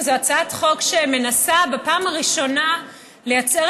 כי זו הצעת חוק שמנסה בפעם הראשונה לייצר